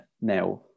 now